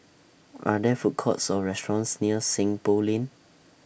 Are There Food Courts Or restaurants near Seng Poh Lane